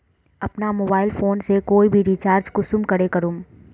अपना mobile phone से कोई भी रिचार्ज कुंसम करे करूम?